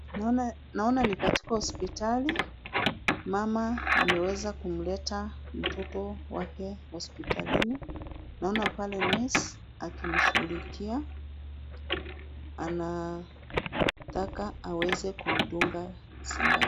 Naona ni katika hospitali mama ameweza kumleta mtoto wake hospitalini. Naona pale nesi akimshughulikia. Anataka aweze kumdunga sindano.